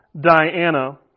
Diana